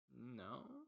No